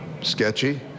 sketchy